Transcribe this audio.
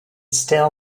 still